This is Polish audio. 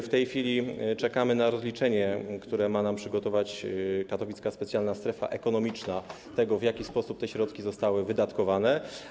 W tej chwili czekamy na rozliczenie, które ma nam przygotować Katowicka Specjalna Strefa Ekonomiczna, tego, w jaki sposób te środki zostały wydatkowane.